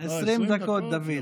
20 דקות, דוד.